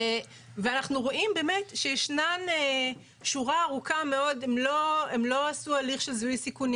אנחנו רואים שהם לא עשו הליך של זיהוי סיכונים